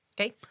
Okay